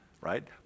right